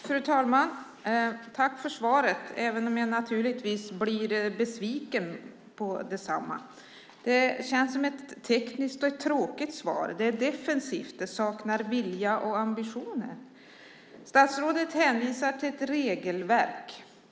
Fru talman! Jag tackar för svaret även om jag naturligtvis blir besviken på detsamma. Det känns som ett tekniskt och tråkigt svar. Det är defensivt. Det saknar vilja och ambitioner. Statsrådet hänvisar till ett regelverk.